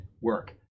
work